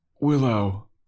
Willow